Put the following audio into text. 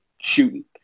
shooting